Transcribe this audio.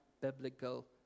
biblical